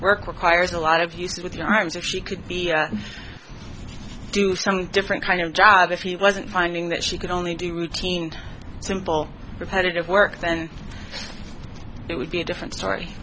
work requires a lot of use with your arms or she could be do some different kind of job if he wasn't finding that she can only do routine simple repetitive wear then it would be a different story